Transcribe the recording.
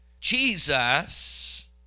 Jesus